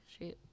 Shoot